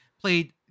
played